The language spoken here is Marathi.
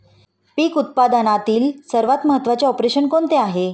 पीक उत्पादनातील सर्वात महत्त्वाचे ऑपरेशन कोणते आहे?